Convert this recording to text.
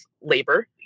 labor